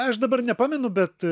aš dabar nepamenu bet